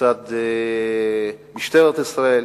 מצד משטרת ישראל,